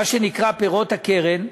מה שנקרא "פירות הקרן"